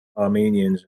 armenians